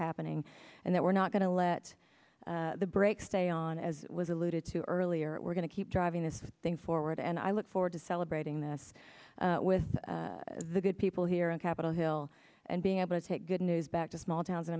happening and that we're not going to let the brakes stay on as it was alluded to earlier we're going to keep driving this thing forward and i look forward to celebrating this with the good people here on capitol hill and being able to take good news back to small towns in